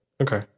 okay